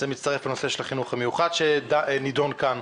זה מצטרף לנושא החינוך המיוחד שנידון כאן.